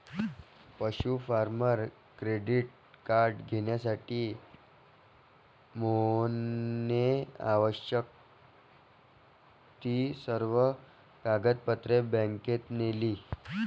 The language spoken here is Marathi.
पशु फार्मर क्रेडिट कार्ड घेण्यासाठी मोहनने आवश्यक ती सर्व कागदपत्रे बँकेत नेली